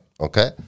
Okay